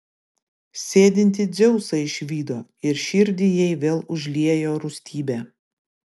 sėdintį dzeusą išvydo ir širdį jai vėl užliejo rūstybė